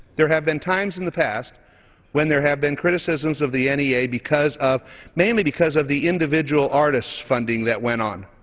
there have been times in the past when there have been criticisms of the n e a. because of mainly because of the individual artists funding that went on.